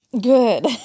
Good